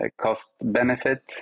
cost-benefit